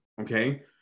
Okay